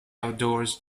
outdoors